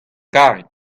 karet